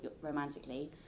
romantically